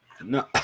No